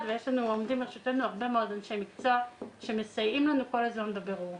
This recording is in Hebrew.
ועומדים לרשותנו הרבה מאוד אנשי מקצוע שמסייעים לנו בבירור.